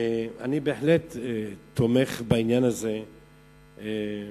ואני בהחלט תומך בעניין הזה בחוק,